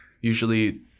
Usually